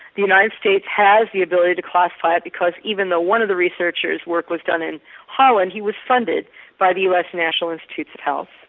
the united states has the ability to classify it because even though one of the researcher's work was done in holland, he was funded by the us national institutes of health